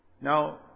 Now